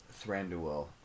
Thranduil